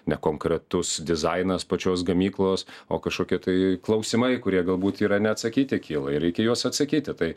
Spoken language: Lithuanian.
nekonkretus dizainas pačios gamyklos o kažkokie tai klausimai kurie galbūt yra neatsakyti kyla ir reikia juos atsakyti tai